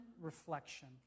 reflection